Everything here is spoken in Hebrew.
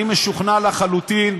אני משוכנע לחלוטין,